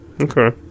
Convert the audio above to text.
Okay